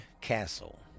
Castle